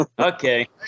Okay